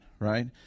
right